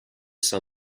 sein